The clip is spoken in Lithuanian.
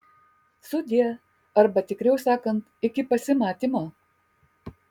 sudie arba tikriau sakant iki pasimatymo